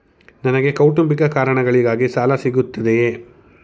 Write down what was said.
ನನಗೆ ಕೌಟುಂಬಿಕ ಕಾರಣಗಳಿಗಾಗಿ ಸಾಲ ಸಿಗುತ್ತದೆಯೇ?